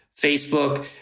Facebook